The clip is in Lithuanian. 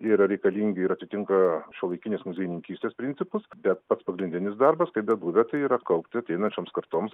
yra reikalingi ir atitinka šiuolaikinės muziejininkystės principus bet pats pagrindinis darbas kaip bebuvę tai yra kaupti ateinančioms kartoms